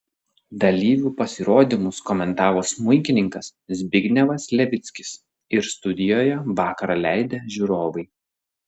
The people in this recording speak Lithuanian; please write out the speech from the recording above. dalyvių pasirodymus komentavo smuikininkas zbignevas levickis ir studijoje vakarą leidę žiūrovai